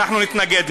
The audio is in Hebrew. ואנחנו נתנגד לו.